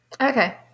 Okay